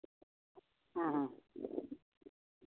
ᱦᱮᱸ ᱦᱮᱸ